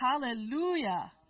hallelujah